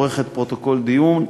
עורכת פרוטוקול דיון,